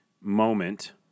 moment